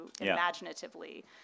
imaginatively